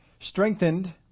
Strengthened